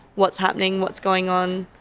what's happening, what's going on,